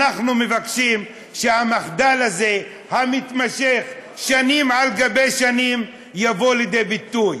אנחנו מבקשים שהמחדל המתמשך שנים על גבי שנים יבוא לידי ביטוי.